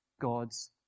God's